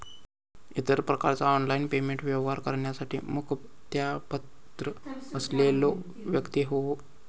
इतर प्रकारचा online payment व्यवहार करण्यासाठी मुखत्यारपत्र असलेलो व्यक्ती होवो